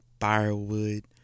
firewood